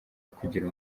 ukugira